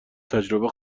تجربه